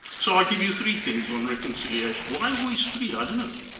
so i'll give you three things on reconciliation. why always three, i don't know.